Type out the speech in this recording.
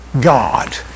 God